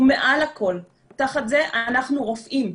ומעל הכול תחת זה אנחנו רופאים,